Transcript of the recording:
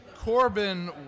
Corbin